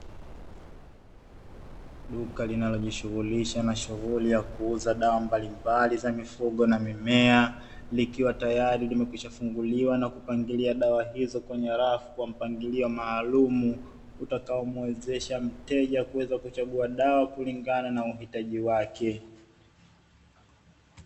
Duka linalojishuhulisha na shughuli ya kuuzaji dawa mbalimbali za mifugo na mimea, likiwa tayari limekwishafunguliwa na kupangilia dawa hizo kwenye rafu kwa mpangilio maalumu, utakaomwezesha mteja kuweza kuchagua dawa kulingana na uhitaji wake.